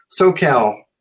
SoCal